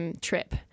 trip